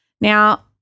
Now